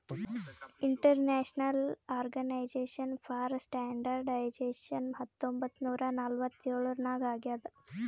international organization for standardization ಹತ್ತೊಂಬತ್ ನೂರಾ ನಲ್ವತ್ತ್ ಎಳುರ್ನಾಗ್ ಆಗ್ಯಾದ್